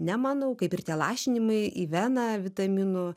nemanau kaip ir tie lašinimai į veną vitaminų